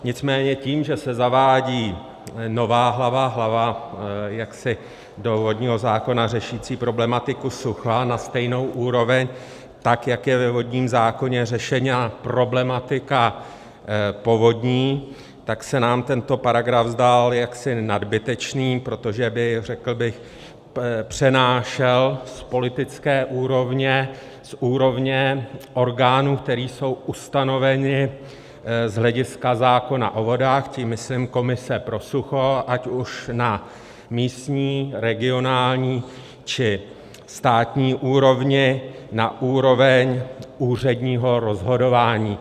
Nicméně tím, že se zavádí nová hlava, hlava do vodního zákona řešící problematiku sucha na stejnou úroveň, tak jak je ve vodním zákoně řešena problematika povodní, tak se nám tento paragraf zdál jaksi nadbytečný, protože by, řekl bych, přenášel z politické úrovně, z úrovně orgánů, které jsou ustanoveny z hlediska zákona o vodách tím myslím komise pro sucho, ať už na místní, regionální, či státní úrovni na úroveň úředního rozhodování.